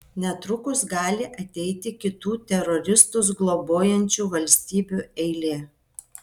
netrukus gali ateiti kitų teroristus globojančių valstybių eilė